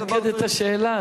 מקד את השאלה.